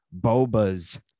Boba's